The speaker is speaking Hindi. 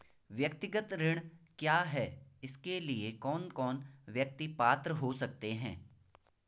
व्यक्तिगत ऋण क्या है इसके लिए कौन कौन व्यक्ति पात्र हो सकते हैं?